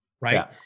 right